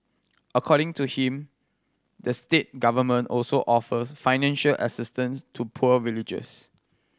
according to him the state government also offers financial assistance to poor villagers